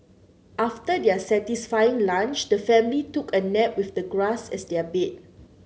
after their satisfying lunch the family took a nap with the grass as their bed